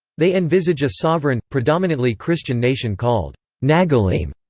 they envisage a sovereign, predominantly christian nation called nagalim.